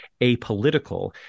apolitical